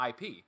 IP